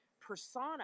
persona